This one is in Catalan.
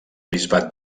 bisbat